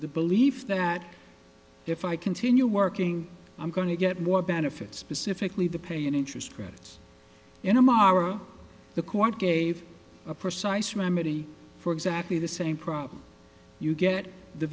the belief that if i continue working i'm going to get more benefits specifically the pay and interest credits in a mara the court gave a precise remedy for exactly the same problem you get the